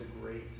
great